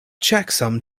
checksum